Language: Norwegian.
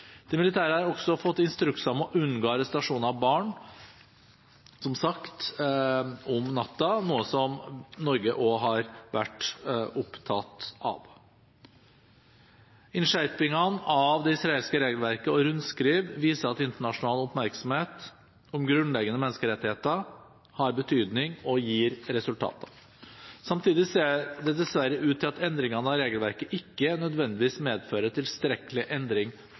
De militære har også fått instrukser om å unngå arrestasjoner av barn om natten, noe som Norge også har vært opptatt av. Ifølge organisasjonenes tall er antallet barn fra Vestbredden i israelske fengsler halvert fra 2009 til 2014. Her viser det seg at internasjonalt press og press i regionen virker. Innskjerpingene av israelsk regelverk – og rundskriv – viser at internasjonal oppmerksomhet om grunnleggende menneskerettigheter har betydning og